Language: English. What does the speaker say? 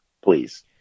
please